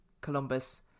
Columbus